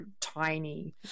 tiny